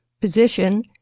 position